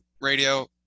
radio